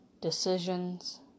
decisions